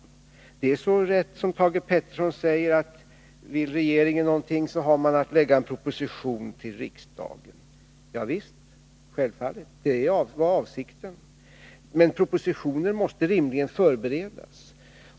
Thage Peterson har så rätt när han säger: Vill regeringen någonting, har den att lägga fram en proposition till riksdagen. Javisst! Det var också avsikten. Men propositioner måste rimligen förberedas.